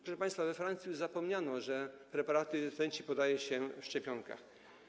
Proszę państwa, we Francji już zapomniano, że preparaty rtęci podaje się w szczepionkach.